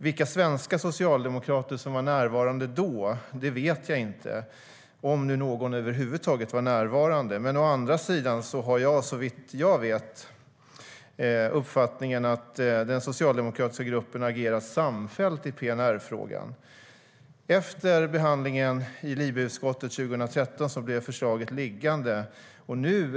Vilka svenska socialdemokrater som var närvarande då vet jag inte, om nu någon över huvud taget var närvarande, men såvitt jag vet agerade den socialdemokratiska gruppen samfällt i PNR-frågan. Efter behandlingen i LIBE-utskottet 2013 blev förslaget liggande.